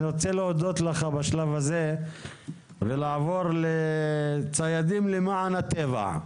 אני רוצה להודות לך בשלב הזה ולעבור לציידים למען הטבע.